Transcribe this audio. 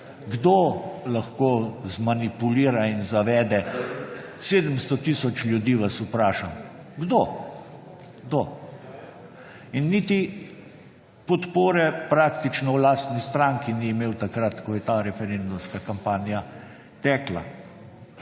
Kdo lahko zmanipulira in zavede 700 tisoč ljudi, vas vprašam. Kdo? Kdo? In niti podpore praktično v lastni stranki ni imel takrat, ko je ta referendumska kampanja tekla.